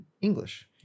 English